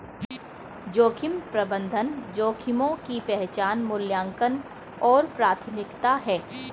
जोखिम प्रबंधन जोखिमों की पहचान मूल्यांकन और प्राथमिकता है